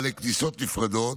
בעלי כניסות נפרדות,